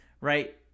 right